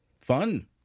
Fun